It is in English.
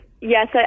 Yes